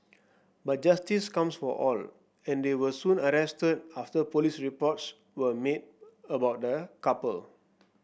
but justice comes for all and they were soon arrested after police reports were made about the couple